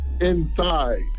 inside